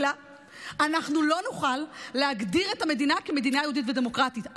אנחנו לא נוכל להגדיר את המדינה כמדינה יהודית ודמוקרטית.